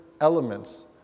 elements